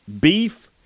Beef